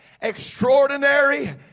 extraordinary